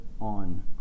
on